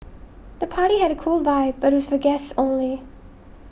the party had a cool vibe but was for guests only